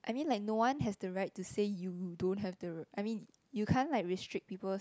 I mean like no one have the right to say you don't have the I mean you can't like restrict people